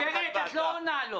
גברת, את לא עונה לו.